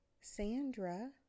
Sandra